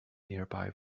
nearby